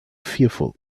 fearful